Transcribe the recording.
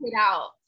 out